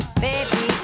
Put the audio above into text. baby